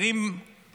נסגרים